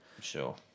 Sure